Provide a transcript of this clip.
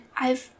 I've-